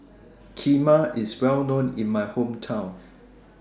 Kheema IS Well known in My Hometown